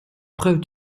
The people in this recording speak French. preuve